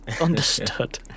Understood